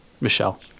Michelle